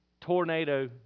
tornado